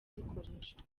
zikoreshwa